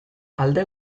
alde